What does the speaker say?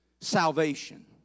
salvation